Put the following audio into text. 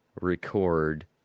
record